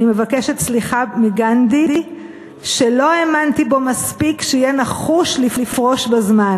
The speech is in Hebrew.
אני מבקשת סליחה מגנדי על שלא האמנתי בו מספיק שיהיה נחוש לפרוש בזמן.